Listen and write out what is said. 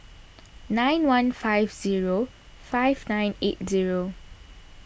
nine one five zero five nine eight zero